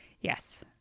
Yes